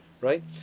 right